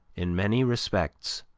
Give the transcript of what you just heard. in many respects,